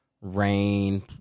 Rain